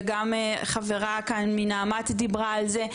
וגם חברה כאן מנעמ"ת דיברה על זה,